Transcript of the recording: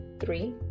three